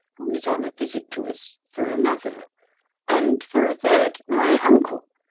who is on a visit to us, for another and, for a third, my uncle,